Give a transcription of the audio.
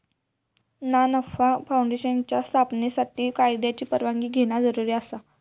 ना नफा फाऊंडेशनच्या स्थापनेसाठी कायद्याची परवानगी घेणा जरुरी आसा